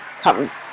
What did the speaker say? comes